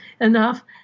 enough